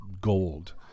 gold